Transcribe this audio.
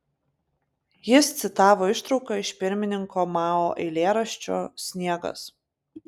jis citavo ištrauką iš pirmininko mao eilėraščio sniegas